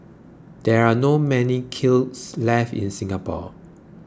there are not many kilns left in Singapore